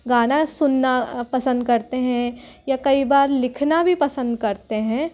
गाना सुनना पसंद करते हैं या कई बार लिखना भी पसंद करते हैं